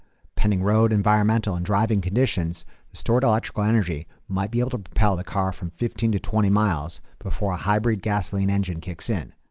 pending road environmental and driving conditions, the stored electrical energy might be able to propel the car from fifteen to twenty miles before a hybrid gasoline engine kicks in.